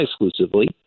exclusively